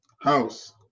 house